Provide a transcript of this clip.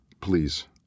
please